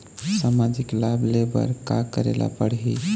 सामाजिक लाभ ले बर का करे ला पड़ही?